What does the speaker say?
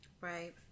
Right